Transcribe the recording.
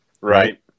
Right